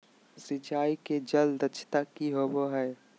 सिंचाई के जल दक्षता कि होवय हैय?